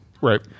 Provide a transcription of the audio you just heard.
Right